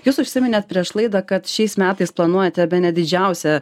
jūs užsiminėte prieš laidą kad šiais metais planuojate bene didžiausią